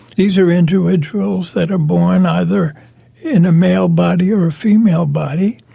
these are individuals that are born either in a male body or a female body,